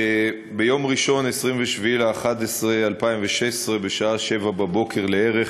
ביום ראשון, 27 בנובמבר 2016, בשעה 07:00, לערך,